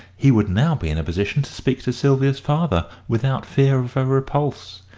he would now be in a position to speak to sylvia's father without fear of a repulse.